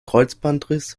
kreuzbandriss